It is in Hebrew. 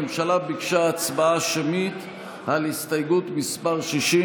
הממשלה ביקשה הצבעה שמית על הסתייגות מס' 60,